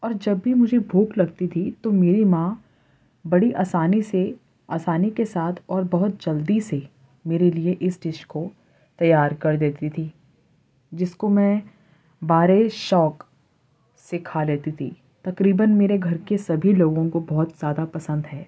اور جب بھی مجھے بھوک لگتی تھی تو میری ماں بڑی آسانی سے آسانی کے ساتھ اور بہت جلدی سے میرے لیے اس ڈش کو تیار کر دیتی تھی جس کو میں بڑے شوق سے کھا لیتی تھی تقریباً میرے گھر کے سبھی لوگوں کو بہت زیادہ پسند ہے